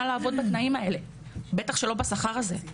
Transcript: לעבוד בתנאים האלה ובטח שלא בשכר הזה.